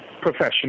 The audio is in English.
professional